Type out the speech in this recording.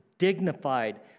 dignified